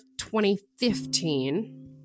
2015